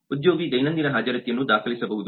ಉದ್ಯೋಗಿ ದೈನಂದಿನ ಹಾಜರಾತಿಯನ್ನು ದಾಖಲಿಸಬಹುದು